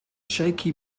shaky